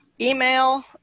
email